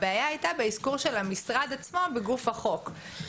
הבעיה הייתה באזכור של המשרד עצמו בגוף החוק.